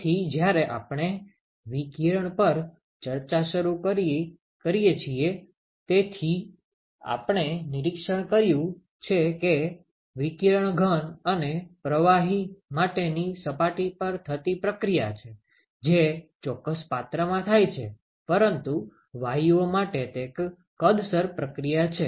તેથી જ્યારે આપણે વિકિરણ પર ચર્ચા શરૂ કરીએ છીએ તેથી આપણે નિરીક્ષણ કર્યું છે કે વિકિરણ ઘન અને પ્રવાહી માટેની સપાટી પર થતી પ્રક્રિયા છે જે ચોક્કસ પાત્રમાં થાય છે પરંતુ વાયુઓ માટે તે કદસર પ્રક્રિયા છે